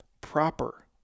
proper